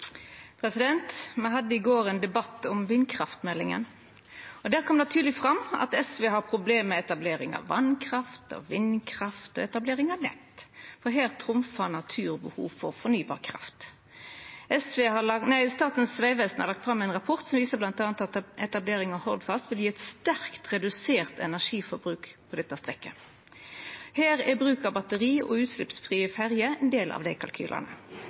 Me hadde i går ein debatt om vindkraftmeldinga. Der kom det tydeleg fram at SV har problem med etablering av vasskraft, vindkraft og nett, for her trumfar naturen behovet for fornybar kraft. Statens vegvesen har lagt fram ein rapport som bl.a. viser at etablering av Hordfast vil gje eit sterkt redusert energiforbruk på dette strekket. Her er bruk av batteri og utsleppsfrie ferjer ein del av kalkylane.